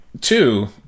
two